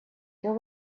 there